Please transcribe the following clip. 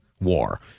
war